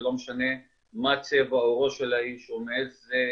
ולא משנה מה צבע עורו של האיש או מאיזה